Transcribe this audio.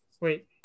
wait